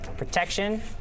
Protection